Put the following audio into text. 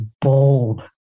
bold